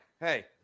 hey